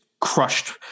crushed